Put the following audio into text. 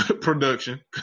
Production